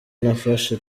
nafashe